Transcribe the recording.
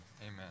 amen